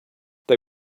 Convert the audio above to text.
they